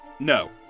No